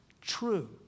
true